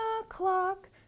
o'clock